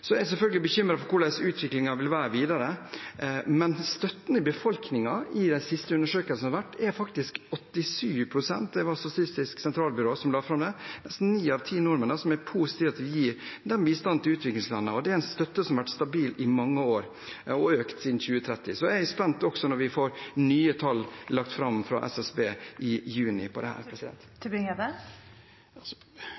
Jeg er selvfølgelig bekymret for hvordan utviklingen vil være videre, men støtten i befolkningen i de siste undersøkelsene som har vært, er faktisk på 87 pst. Det var Statistisk sentralbyrå som la fram dette. Nesten ni av ti nordmenn er positive til at vi gir bistand til utviklingslandene. Det er en støtte som har vært stabil i mange år, og som har økt siden 2013, så jeg er spent når vi i juni får nye tall lagt fram fra SSB